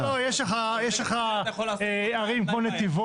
אני חייב להגיד שמקצועית, אנחנו ב "דירה להשכיר"